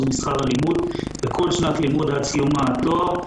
משכר הלימוד בכל שנת לימוד עד סיום התואר,